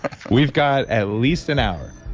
we've got at least an hour